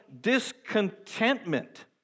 discontentment